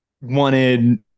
wanted